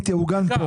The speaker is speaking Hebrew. היא תעוגן כאן.